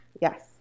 Yes